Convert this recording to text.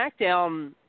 SmackDown